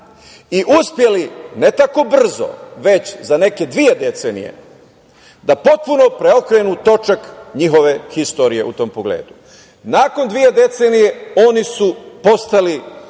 i uspeli ne tako brzo, već za neke dve decenije da potpuno preokrenu točak njihove historije u tom pogledu. Nakon dve decenije oni su postali